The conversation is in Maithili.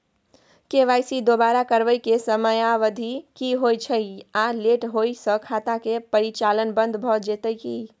के.वाई.सी दोबारा करबै के समयावधि की होय छै आ लेट होय स खाता के परिचालन बन्द भ जेतै की?